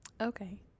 Okay